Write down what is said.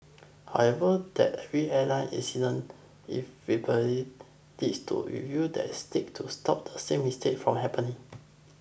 however that every airline incident inevitably leads to review that seek to stop the same mistake from happen